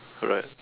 alright